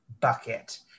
bucket